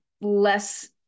less